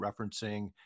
referencing